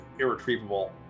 irretrievable